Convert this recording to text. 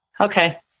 Okay